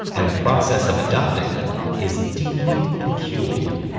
and the process of adopting them is deeply peculiar.